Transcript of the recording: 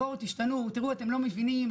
בואו, תשתנו, תראו, אתם לא מבינים.